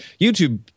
YouTube